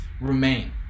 remain